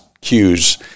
cues